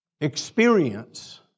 experience